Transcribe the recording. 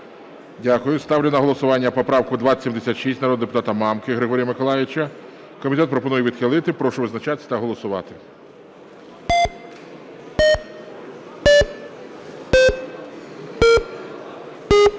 Дякую. Ставлю на голосування поправку 2076 народного депутата Мамки Григорія Миколайовича. Комітет пропонує відхилити. Прошу визначатись та голосувати.